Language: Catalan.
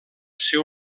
seu